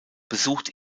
besucht